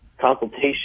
consultation